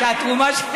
אבל אם,